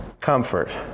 Comfort